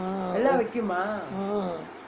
mm